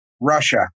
Russia